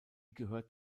gehört